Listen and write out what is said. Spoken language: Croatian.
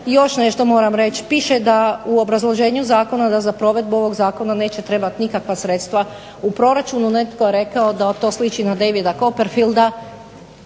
još nešto moram reći. Piše da u obrazloženju zakona da za provedbu ovog Zakona neće trebati nikakva sredstva u proračunu. Netko je rekao da to sliči na Davida Coperfielda,